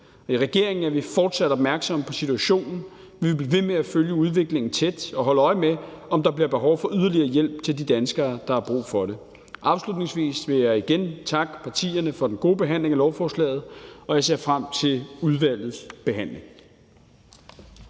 I regeringen er vi fortsat opmærksomme på situationen. Vi vil blive ved med at følge udviklingen tæt og holde øje med, om der bliver behov for yderligere hjælp til de danskere, der har brug for det. Afslutningsvis vil jeg igen takke partierne for den gode behandling af lovforslaget. Jeg ser frem til udvalgets behandling.